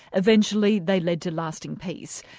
eventually they led to lasting peace.